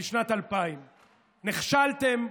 בשנת 2000. נכשלתם.